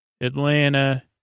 Atlanta